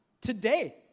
Today